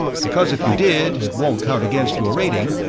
because if you did, it won't count against your rating,